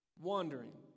Wandering